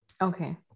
Okay